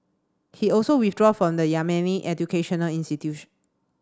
he also withdraw from the Yemeni educational institution